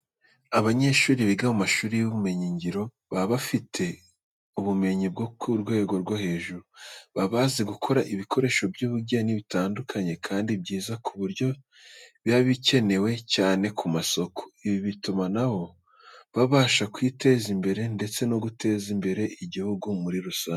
Abanyeshuri biga mu mashuri y'imyuga n'ubumenyingiro, baba bafite ubumenyi bwo ku rwego rwo hejuru. Baba bazi gukora ibikoresho by'ubugeni bitandukanye kandi byiza, ku buryo biba bikenewe cyane ku masoko. Ibi bituma na bo babasha kwiteza imbere ndetse no guteza imbere igihugu muri rusange.